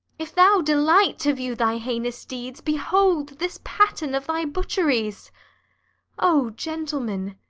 if thou delight to view thy heinous deeds, behold this pattern of thy butcheries o, gentlemen,